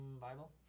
bible